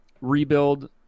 rebuild